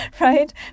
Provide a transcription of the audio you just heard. right